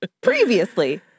previously